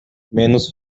menos